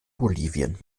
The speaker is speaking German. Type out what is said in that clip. bolivien